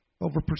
over